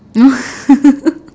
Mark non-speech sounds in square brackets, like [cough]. no [laughs]